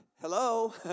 hello